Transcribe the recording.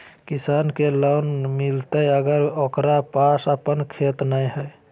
किसान के लोन मिलताय अगर ओकरा पास अपन खेत नय है?